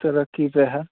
तरक़्क़ी पर है